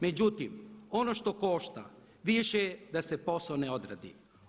Međutim, ono što košta više je da se posao ne odradi.